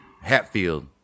Hatfield